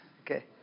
Okay